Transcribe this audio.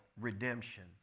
redemption